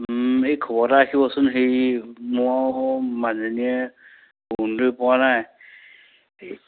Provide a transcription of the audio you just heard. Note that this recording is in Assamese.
এই খবৰ এটা ৰাখিবচোন সেই মই মানুহজনীয়ে অৰুণোদয় পোৱা নাই